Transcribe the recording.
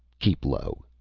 keep low!